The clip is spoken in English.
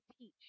teach